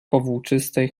powłóczystej